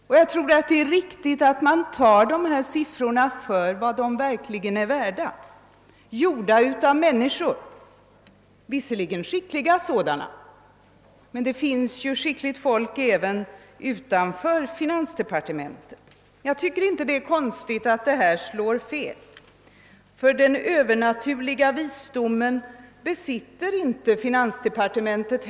Och jag tror att det är viktigt att man tar siffrorna för vad de verkligen är värda, beräknade av människor — visserligen skickliga sådana, men det finns ju skickligt folk även utanför finansdepartementet. Jag anser inte att det är konstigt att beräkningarna slår fel, ty den övernaturliga visdomen besitter inte ens finansdepartementet.